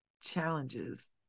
challenges